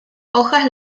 hojas